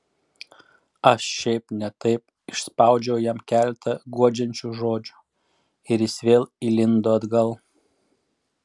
aš šiaip ne taip išspaudžiau jam keletą guodžiančių žodžių ir jis vėl įlindo atgal